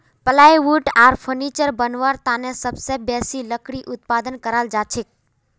plywood आर furniture बनव्वार तने सबसे बेसी लकड़ी उत्पादन कराल जाछेक